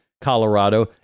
Colorado